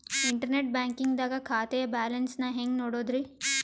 Internet banking ದಾಗ ಖಾತೆಯ balance ನ ಹೆಂಗ್ ನೋಡುದ್ರಿ?